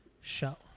show